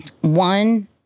one